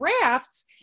rafts